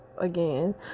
again